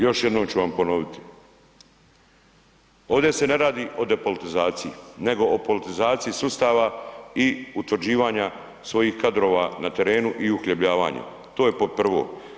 Još jednom ću vam ponoviti, ovdje se ne radi o depolitizaciji nego o politizaciji sustava i utvrđivanja svojih kadrova na terenu i uhljebljavanja, to je prvo.